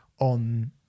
on